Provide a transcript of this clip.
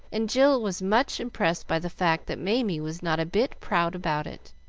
and jill was much impressed by the fact that mamie was not a bit proud about it,